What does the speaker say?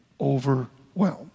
Overwhelmed